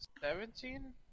Seventeen